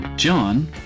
John